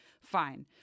fine